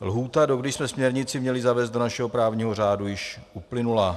Lhůta, dokdy jsme směrnici měli zavést do našeho právního řádu, již uplynula.